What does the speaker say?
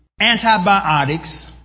antibiotics